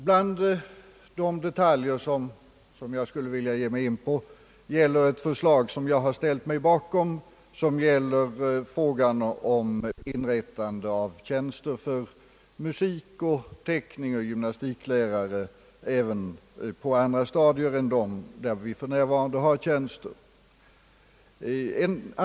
Till de detaljer som jag skulle vilja ta upp hör ett förslag, som jag ställt mig bakom och som gäller frågan om inrättande av tjänster för musik-, teckningsoch gymnastiklärare även på andra stadier än där för närvarande sådana tjänster förekommer.